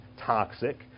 toxic